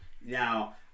Now